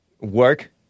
work